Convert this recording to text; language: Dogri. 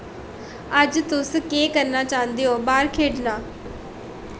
अज्ज तुस केह् करना चांह्दे ओ बाह्र खेढना